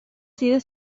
sido